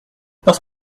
parce